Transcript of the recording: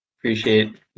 Appreciate